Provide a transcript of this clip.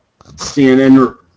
CNN